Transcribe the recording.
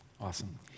Awesome